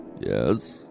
Yes